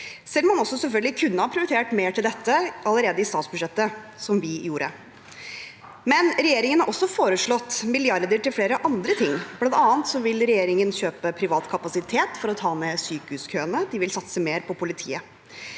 selvfølgelig kunne ha prioritert mer til dette allerede i statsbudsjettet, slik vi gjorde – men regjeringen har også foreslått milliarder til flere andre ting. Blant annet vil regjeringen kjøpe privat kapasitet for å ta ned sykehuskøene, og de vil satse mer på politiet.